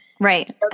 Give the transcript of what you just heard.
Right